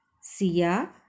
Sia